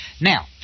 Now